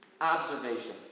observation